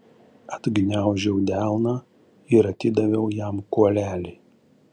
atgniaužiau delną ir atidaviau jam kuolelį